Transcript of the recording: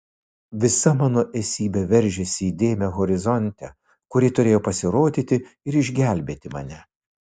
visa mano esybė veržėsi į dėmę horizonte kuri turėjo pasirodyti ir išgelbėti mane